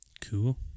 Cool